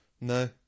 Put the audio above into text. No